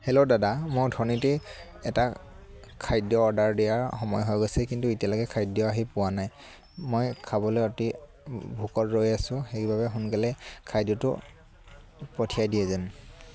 hello দাদা মই অথনিতেই এটা খাদ্য অৰ্ডাৰ দিয়াৰ সময় হৈ গৈছে কিন্তু এতিয়ালৈকে খাদ্য আহি পোৱা নাই মই খাবলৈ অতি ভোকত ৰৈ আছোঁ সেইবাবে সোনকালে খাদ্যটো পঠিয়াই দিয়ে যেন